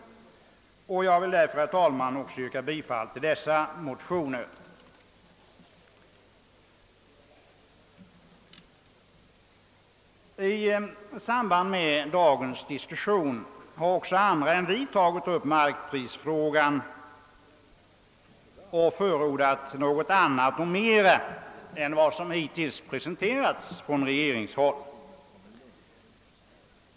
Jag yrkar därför bifall också till nämnda motioner. I samband med dagens diskussion har även andra än vi tagit upp markprisfrågan och förordat något annat och mera än vad som hittills presenterats från regeringshåll.